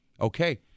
okay